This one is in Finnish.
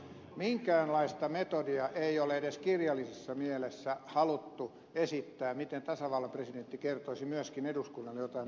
minkäänlaista metodia ei ole edes kirjallisessa mielessä haluttu esittää siitä miten tasavallan presidentti kertoisi myöskin eduskunnalle jotain eu asioista